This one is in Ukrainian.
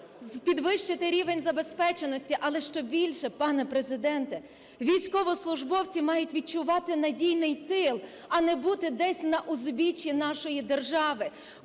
підвищити рівень забезпеченості. Але що більше, пане Президенте, військовослужбовці мають відчувати надійний тил, а не бути десь на узбіччі нашої держави.